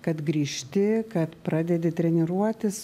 kad grįžti kad pradedi treniruotis